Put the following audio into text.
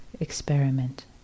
Experiment